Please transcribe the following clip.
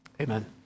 Amen